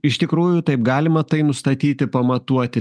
iš tikrųjų taip galima tai nustatyti pamatuoti